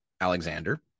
Alexander